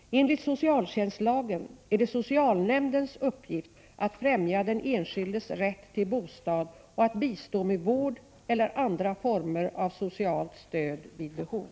Enligt socialtjänstlagen är det socialnämndens uppgift att främja den enskildes rätt till bostad och att bistå med vård eller andra former av socialt stöd vid behov.